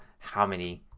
how many,